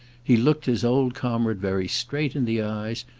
he looked his old comrade very straight in the eyes,